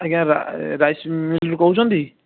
ଆଜ୍ଞା ରାଇସ୍ ମିଲ୍ରୁ କହୁଛନ୍ତି